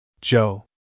Joe